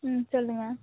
ம் சொல்லுங்கள்